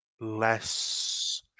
less